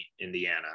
Indiana